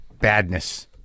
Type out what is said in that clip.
badness